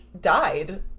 died